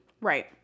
Right